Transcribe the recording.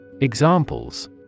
Examples